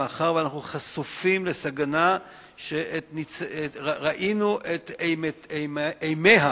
מאחר שאנחנו חשופים לסכנה שראינו את אימיה,